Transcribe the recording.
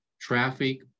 traffic